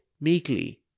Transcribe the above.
meekly